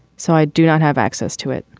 so i do not have access to it.